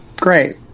great